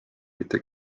mitte